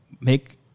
make